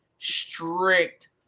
strict